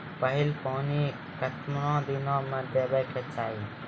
पहिल पानि कतबा दिनो म देबाक चाही?